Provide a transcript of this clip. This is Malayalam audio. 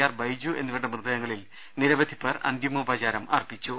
ആർ ബൈജു എന്നിവരുടെ മൃതദേഹങ്ങളിൽ നിരവധിപേർ അന്ത്യോപചാരമർപ്പിച്ചു